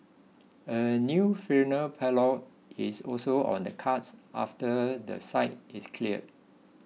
a new funeral parlour is also on the cards after the site is cleared